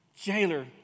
jailer